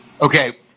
Okay